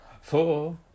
four